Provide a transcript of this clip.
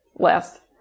Last